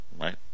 right